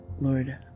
Lord